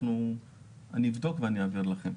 אני אבדוק ואעביר אליכם.